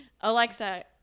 Alexa